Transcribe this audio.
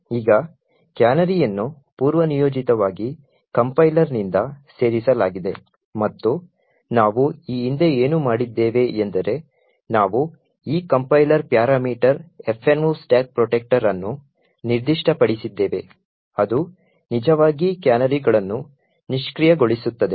ಈಗ ಕ್ಯಾನರಿಯನ್ನು ಪೂರ್ವನಿಯೋಜಿತವಾಗಿ ಕಂಪೈಲರ್ನಿಂದ ಸೇರಿಸಲಾಗಿದೆ ಮತ್ತು ನಾವು ಈ ಹಿಂದೆ ಏನು ಮಾಡಿದ್ದೇವೆ ಎಂದರೆ ನಾವು ಈ compiler parameter fno stack protector ಅನ್ನು ನಿರ್ದಿಷ್ಟಪಡಿಸಿದ್ದೇವೆ ಅದು ನಿಜವಾಗಿ ಕ್ಯಾನರಿಗಳನ್ನು ನಿಷ್ಕ್ರಿಯಗೊಳಿಸುತ್ತದೆ